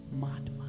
madman